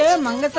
ah among